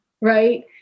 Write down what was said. right